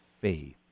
faith